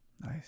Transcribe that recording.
nice